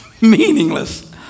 Meaningless